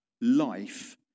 Life